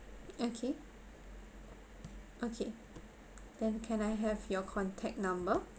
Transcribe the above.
okay okay then can I have your contact number